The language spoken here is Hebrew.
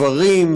גברים,